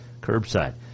curbside